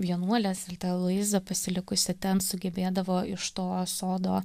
vienuolės ir ta aloiza pasilikusi ten sugebėdavo iš to sodo